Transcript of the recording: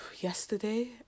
yesterday